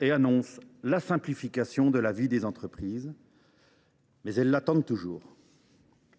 annonce la simplification de la vie des entreprises, mais celles ci attendent toujours.